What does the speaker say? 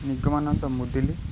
Nigamananda Muduli